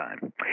time